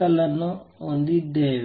Eh→τClassical ಅನ್ನು ಇಲ್ಲಿ ಹೊಂದಿದ್ದೇವೆ